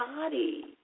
body